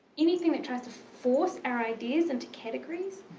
anything that tries to force our ideas into categories